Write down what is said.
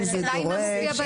בינתיים תוסיפי את זה.